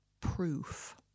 proof